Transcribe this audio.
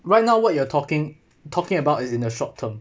right now what you are talking talking about is in the short term